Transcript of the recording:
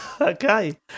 Okay